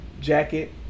jacket